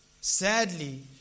Sadly